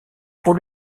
pour